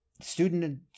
Student